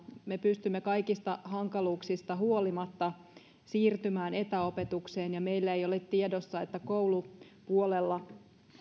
me pystymme kaikista hankaluuksista huolimatta siirtymään etäopetukseen meillä ei ole tiedossa että koulupuolella